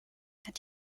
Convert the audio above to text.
hat